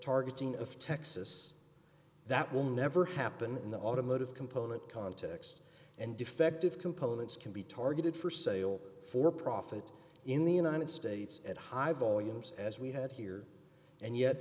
targeting of texas that will never happen in the automotive component context and defective components can be targeted for sale for profit in the united states at high volumes as we had here and yet